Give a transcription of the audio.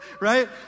right